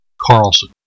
Carlson